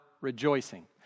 rejoicing